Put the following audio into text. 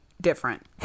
different